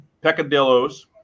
Peccadillo's